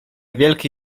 wielki